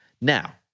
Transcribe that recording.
Now